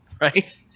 right